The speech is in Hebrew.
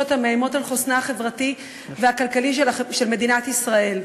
המאיימות על חוסנה החברתי והכלכלי של מדינת ישראל.